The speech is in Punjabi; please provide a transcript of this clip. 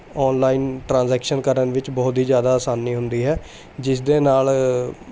ਔਨਲਾਈਨ ਟ੍ਰਾਂਜੈਕਸ਼ਨ ਕਰਨ ਵਿੱਚ ਬਹੁਤ ਹੀ ਜ਼ਿਆਦਾ ਆਸਾਨੀ ਹੁੰਦੀ ਹੈ ਜਿਸ ਦੇ ਨਾਲ